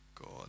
God